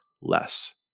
less